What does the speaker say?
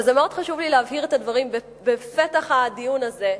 ומאוד חשוב לי להבהיר את הדברים בפתח הדיון הזה,